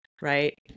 Right